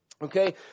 Okay